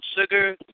sugar